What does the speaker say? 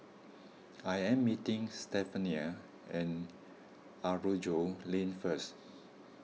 I am meeting Stephania and Aroozoo Lane first